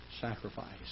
sacrifice